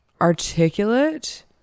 articulate